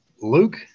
luke